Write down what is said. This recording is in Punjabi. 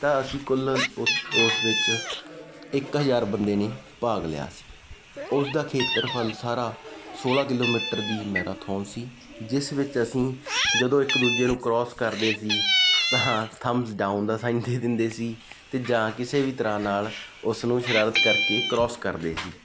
ਤਾਂ ਅਸੀਂ ਕੁੱਲ ਉਸ ਉਸ ਵਿੱਚ ਇੱਕ ਹਜ਼ਾਰ ਬੰਦੇ ਨੇ ਭਾਗ ਲਿਆ ਸੀ ਉਸ ਦਾ ਖੇਤਰਫਲ ਸਾਰਾ ਸੋਲ੍ਹਾਂ ਕਿਲੋਮੀਟਰ ਦੀ ਮੈਰਾਥੋਨ ਸੀ ਜਿਸ ਵਿੱਚ ਅਸੀਂ ਜਦੋਂ ਇੱਕ ਦੂਜੇ ਨੂੰ ਕਰੋਸ ਕਰਦੇ ਸੀ ਤਾਂ ਥਮਸ ਡਾਊਨ ਦਾ ਸਾਈਨ ਦੇ ਦਿੰਦੇ ਸੀ ਅਤੇ ਜਾਂ ਕਿਸੇ ਵੀ ਤਰ੍ਹਾਂ ਨਾਲ ਉਸ ਨੂੰ ਸ਼ਰਾਰਤ ਕਰਕੇ ਕਰੋਸ ਕਰਦੇ ਸੀ